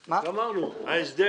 ובתקופה הזאת אתם תביאו את ההסדר